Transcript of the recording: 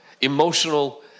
emotional